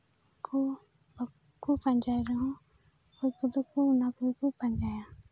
ᱠᱚ ᱵᱟᱠᱚ ᱯᱟᱸᱡᱟᱭ ᱨᱮᱦᱚᱸ ᱚᱠᱚᱭ ᱠᱚᱫᱚ ᱚᱱᱟ ᱠᱚᱦᱚᱸ ᱠᱚ ᱯᱟᱸᱡᱟᱭᱟ